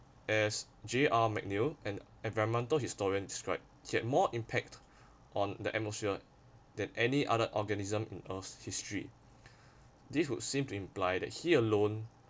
as J_R mcneil an environmental historian described had more impact on the atmosphere than any other organism in earth's history this would seem to imply that he alone